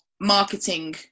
marketing